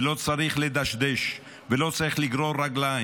ולא צריך לדשדש ולא צריך לגרור רגליים.